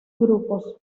grupos